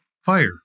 fire